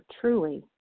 truly